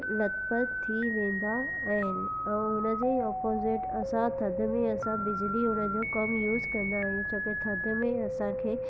लतपत थी वेंदा आहिनि ऐं हुनजे ऑपोज़िट असां थधि में असां बिजली हुनजो कमु यूज़ कंदा आहियूं छोकी थधि में असांखे